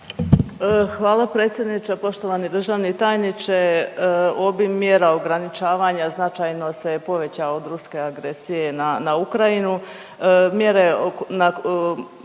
Hvala predsjedniče. Poštovani državni tajniče, obim mjera ograničavanja značajno se povećao od ruske agresije na, na Ukrajinu.